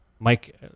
Mike